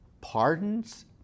pardons